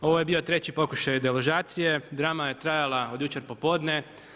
Ovo je bio treći pokušaj deložacije, drama je trajala od jučer popodne.